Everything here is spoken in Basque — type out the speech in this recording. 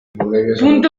puntu